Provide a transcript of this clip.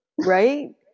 Right